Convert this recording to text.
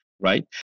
right